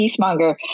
peacemonger